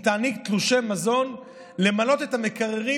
היא תעניק תלושי מזון כדי למלא את המקררים